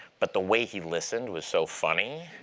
but the way he listened was so funny